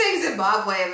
Zimbabwe